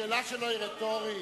השאלה שלו היא רטורית,